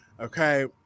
Okay